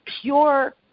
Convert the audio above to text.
pure